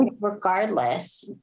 regardless